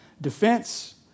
defense